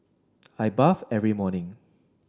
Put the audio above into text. I bathe every morning